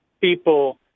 people